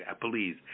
please